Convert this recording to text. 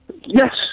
Yes